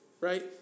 right